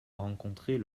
rencontrer